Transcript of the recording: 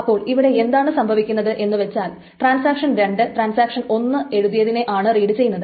അപ്പോൾ ഇവിടെ എന്താണ് സംഭവിക്കുന്നത് എന്നു വച്ചാൽ ട്രാൻസാക്ഷൻ 2 ട്രാൻസാക്ഷൻ 1 എഴുതിയതിനെയാണ് റീഡ് ചെയ്യുന്നത്